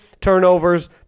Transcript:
turnovers